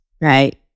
right